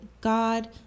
God